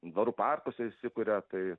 dvarų parkuose įsikuria tai